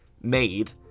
made